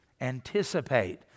anticipate